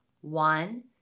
One